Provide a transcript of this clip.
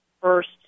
first –